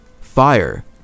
fire